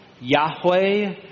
Yahweh